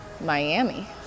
Miami